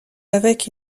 avec